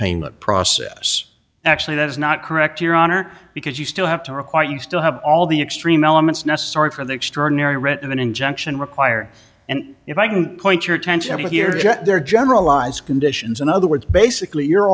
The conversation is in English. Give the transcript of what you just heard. painless process actually that is not correct your honor because you still have to require you still have all the extreme elements necessary for the extraordinary rent an injection require and if i can point your attention here to get there generalize conditions in other words basically your